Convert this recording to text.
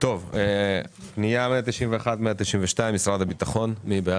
מי בעד פנייה 191, 192 משרד הביטחון,